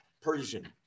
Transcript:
Persian